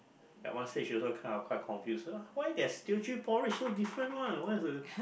at one stage you also kind of quite confused why does Teochew porridge so different one